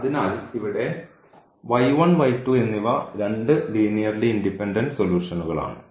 അതിനാൽ ഇവിടെ എന്നിവ രണ്ട് ലീനിയർലി ഇൻഡിപെൻഡൻറ് സൊലൂഷൻഉകൾ ആണ്